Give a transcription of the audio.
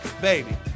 baby